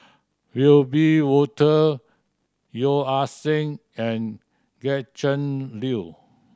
Wiebe Wolter Yeo Ah Seng and Gretchen Liu